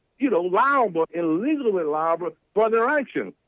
you know wow what illegal elaborate further action.